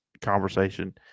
conversation